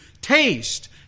taste